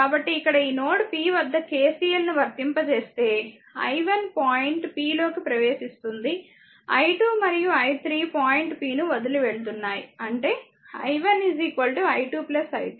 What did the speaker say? కాబట్టిఇక్కడ ఈ node p వద్ద KCL ను వర్తింపజేస్తే i 1 పాయింట్ p లోకి ప్రవేశిస్తుంది i2 మరియు i 3 పాయింట్ p ను వదిలి వెళుతున్నాయి అంటే i1 i2 i3